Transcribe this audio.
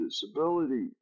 disability